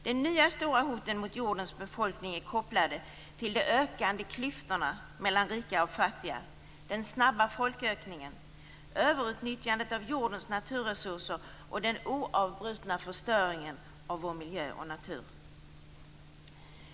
De nya stora hoten mot jordens befolkning är kopplade till de ökande klyftorna mellan rika och fattiga, den snabba folkökningen, överutnyttjandet av jordens naturresurser och den oavbrutna förstöringen av vår miljö och natur.